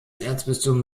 erzbistum